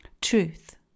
Truth